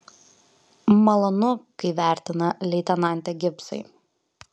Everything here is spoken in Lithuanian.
malonu kai vertina leitenante gibsai